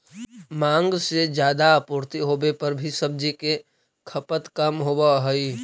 माँग से ज्यादा आपूर्ति होवे पर भी सब्जि के खपत कम होवऽ हइ